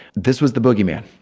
this was the boogey man,